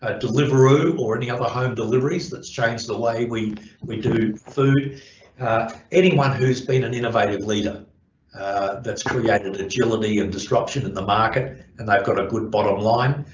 ah deliveroo or any other home deliveries that's changed the way we we do food anyone who's been an innovative leader that's created agility and disruption in the market and they've got a good bottom line.